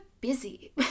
busy